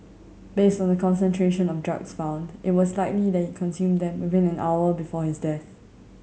based on the concentration of drugs found it was likely that he consumed them within an hour before his death